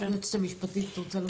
היועצת המשפטית, את רוצה להוסיף משהו?